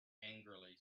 angry